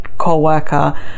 co-worker